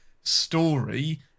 story